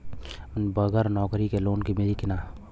बगर नौकरी क लोन मिली कि ना?